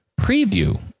Preview